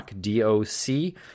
D-O-C